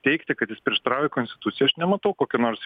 teigti kad jis prieštarauja konstitucijai aš nematau kokio nors